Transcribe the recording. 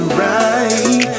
right